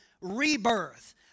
rebirth